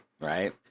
right